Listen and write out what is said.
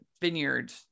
Vineyard